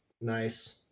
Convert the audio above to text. nice